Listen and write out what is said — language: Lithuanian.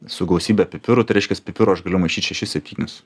su gausybe pipirų tai reiškias pipirų aš galiu maišyt šešis septynis